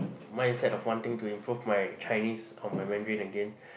mindset of one thing to improve my Chinese or my Mandarin again